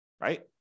right